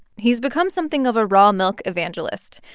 he's become something of a raw milk evangelist.